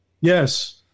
Yes